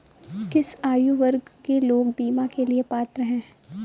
किस आयु वर्ग के लोग बीमा के लिए पात्र हैं?